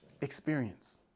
experience